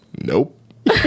nope